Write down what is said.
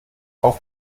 auch